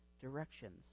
directions